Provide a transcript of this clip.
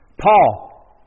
Paul